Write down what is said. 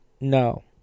No